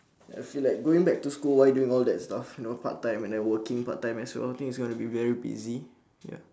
I feel like going back to school while doing all that stuff you know part time and then working part time as well think it's going to be very busy ya